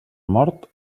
mort